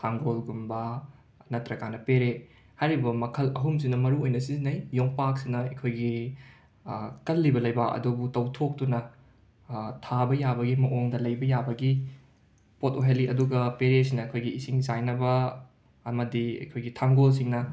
ꯊꯥꯡꯒꯣꯜꯒꯨꯝꯕ ꯅꯠꯇ꯭ꯔꯀꯥꯟꯗ ꯄꯦꯔꯦ ꯍꯥꯏꯔꯤꯕ ꯃꯈꯜ ꯑꯍꯨꯝꯁꯤꯅ ꯃꯔꯨꯑꯣꯏꯅ ꯁꯤꯖꯤꯟꯅꯩ ꯌꯣꯝꯄꯥꯛꯁꯤꯅ ꯑꯩꯈꯣꯏꯒꯤ ꯀꯜꯂꯤꯕ ꯂꯩꯕꯥꯛ ꯑꯗꯨꯕꯨ ꯇꯧꯊꯣꯛꯇꯨꯅ ꯊꯥꯕ ꯌꯥꯕꯒꯤ ꯃꯑꯣꯡꯗ ꯂꯩꯕ ꯌꯥꯕꯒꯤ ꯄꯣꯠ ꯑꯣꯏꯍꯜꯂꯤ ꯑꯗꯨꯒ ꯄꯦꯔꯦꯁꯤꯅ ꯑꯩꯈꯣꯏꯒꯤ ꯏꯁꯤꯡ ꯆꯥꯏꯅꯕ ꯑꯃꯗꯤ ꯑꯩꯈꯣꯏꯒꯤ ꯊꯥꯡꯒꯣꯜꯁꯤꯅ